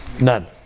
None